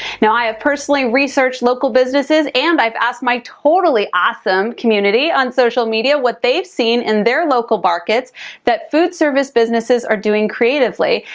now i have personally researched local businesses, and i've asked my totally awesome community on social media what they've seen in their local markets that food service businesses are doing creatively.